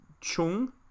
Chung